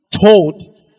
told